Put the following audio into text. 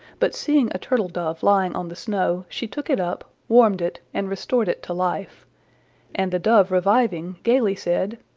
but seeing a turtle-dove lying on the snow, she took it up, warmed it, and restored it to life and the dove reviving, gaily said,